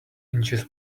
inches